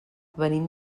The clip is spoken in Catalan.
venim